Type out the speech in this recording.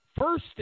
First